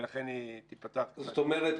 זאת אומרת,